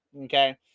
okay